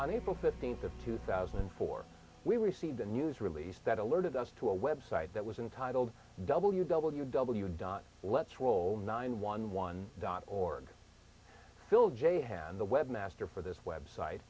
on april fifteenth of two thousand and four we received a news release that alerted us to a web site that was entitled w w w dot let's roll nine one one dot org bill j hand the webmaster for this website